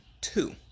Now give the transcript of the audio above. two